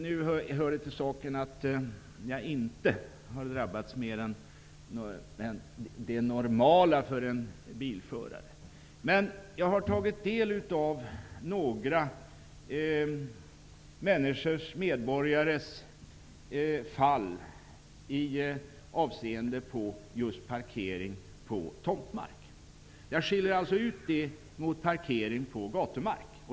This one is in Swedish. Nu hör det till saken att jag inte har drabbats mer än med det normala för en bilförare. Men jag har tagit del av några människors, medborgares, fall i avseende på just parkering på tomtmark. Jag skiljer alltså mellan parkering på tomtmark och parkering på gatumark.